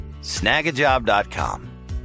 Snagajob.com